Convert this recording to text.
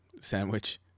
sandwich